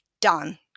done